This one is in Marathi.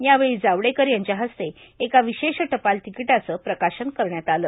यावेळी जावडेकर यांच्या हस्ते एका विशेष टपाल तिकीटाचं प्रकाशन करण्यात आलं